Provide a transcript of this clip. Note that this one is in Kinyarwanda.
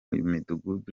midugudu